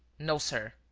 no, sir.